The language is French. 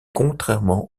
contrairement